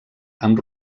amb